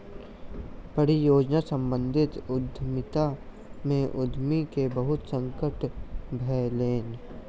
परियोजना सम्बंधित उद्यमिता में उद्यमी के बहुत संकट भेलैन